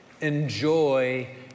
Enjoy